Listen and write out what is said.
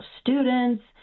students